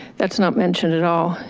that's not mentioned at all.